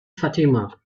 fatima